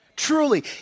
truly